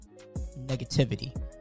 negativity